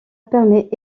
permet